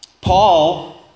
Paul